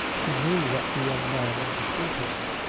he knew that the young man understood him.